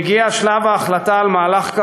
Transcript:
מגיע שלב ההחלטה על מהלך קרקעי,